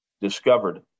discovered